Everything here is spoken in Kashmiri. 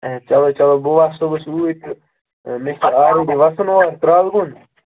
اَچھا چلو چلو بہٕ وَسہٕ ہو صُبحاے تہٕ مےٚ چھُ آورٕ وَسُن اور ترٛال کُن